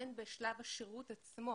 הן בשלב השירות עצמו